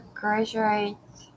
graduate